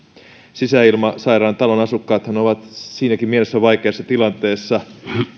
sisäilmasairaan talon asukkaathan ovat siinäkin mielessä vaikeassa tilanteessa